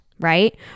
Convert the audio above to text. right